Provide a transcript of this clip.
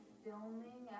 filming